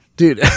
Dude